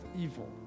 evil